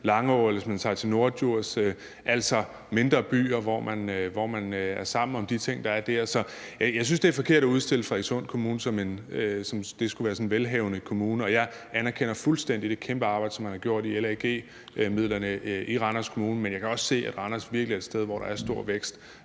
Langå, eller hvis man tager til Norddjurs, altså til mindre byer, hvor man er sammen om de ting, der er der. Så jeg synes, det er forkert at udstille Frederikssund Kommune, som om det skulle være sådan en velhavende kommune. Og jeg anerkender fuldstændig det kæmpe arbejde, som man har gjort i forhold til LAG-midlerne i Randers Kommune, men jeg kan også se, at Randers Kommune virkelig er et sted, hvor der er stor vækst